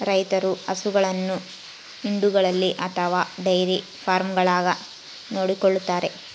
ರೈತರು ಹಸುಗಳನ್ನು ಹಿಂಡುಗಳಲ್ಲಿ ಅಥವಾ ಡೈರಿ ಫಾರ್ಮ್ಗಳಾಗ ನೋಡಿಕೊಳ್ಳುತ್ತಾರೆ